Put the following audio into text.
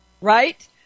Right